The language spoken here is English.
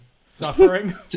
Suffering